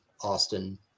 Austin